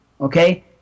Okay